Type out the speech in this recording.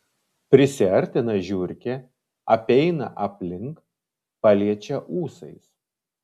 prisiartina žiurkė apeina aplink paliečia ūsais